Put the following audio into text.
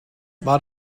war